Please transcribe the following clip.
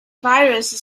virus